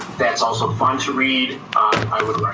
that's also fun to read i would